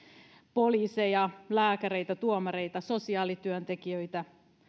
poliiseja lääkäreitä tuomareita sosiaalityöntekijöitä